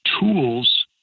tools